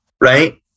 right